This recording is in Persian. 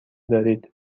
دارید